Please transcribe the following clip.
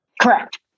Correct